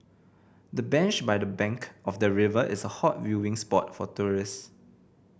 the bench by the bank of the river is a hot viewing spot for tourist